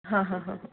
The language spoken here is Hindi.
हाँ हाँ हाँ